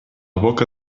boca